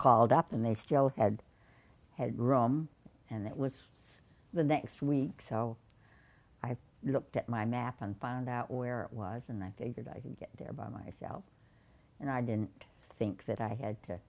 called up and they still had had rum and that was the next week so i looked at my map and found out where it was and i figured i could get there by myself and i didn't think that i had to